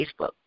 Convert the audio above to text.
Facebook